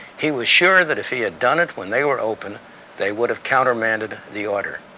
he was sure that if he had done it when they were open they would have countermanded the order.